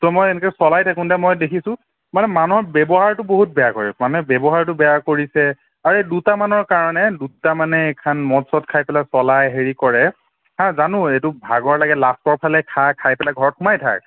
তো মই এনেকৈ চলাই থাকোঁতে মই দেখিছোঁ মানে মানুহক ব্যৱহাৰটো বহুত বেয়া কৰে মানে ব্য়ৱহাৰটো বেয়া কৰিছে আৰে দুটামানৰ কাৰণে দুটামানে এইখন মদ চদ খাই পেলাই চলাই হেৰি কৰে জানো এইটো ভাগৰ লাগে লাষ্টৰ ফালে খায় খাই পেলাই ঘৰত সোমাই থাক